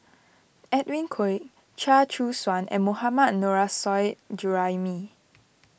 Edwin Koek Chia Choo Suan and Mohammad Nurrasyid Juraimi